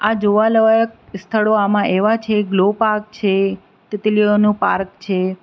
આ જોવાલાયક સ્થળો આમાં એવા છે ગ્લો પાર્ક છે તિતલીઓનું પાર્ક છે